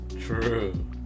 True